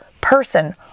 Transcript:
person